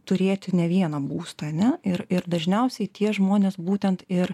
turėti ne vieną būstą a ne ir ir dažniausiai tie žmonės būtent ir